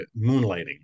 moonlighting